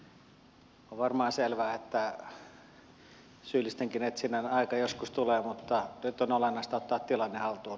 on varmaan selvää että syyllistenkin etsinnän aika joskus tulee mutta nyt on olennaista ottaa tilanne haltuun